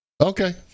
Okay